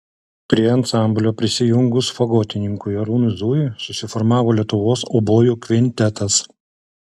prie ansamblio prisijungus fagotininkui arūnui zujui susiformavo lietuvos obojų kvintetas